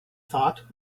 thought